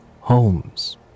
Holmes